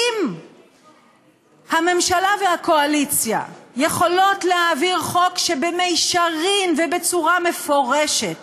אם הממשלה והקואליציה יכולות להעביר חוק שבמישרין ובצורה מפורשת